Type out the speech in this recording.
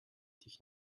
dich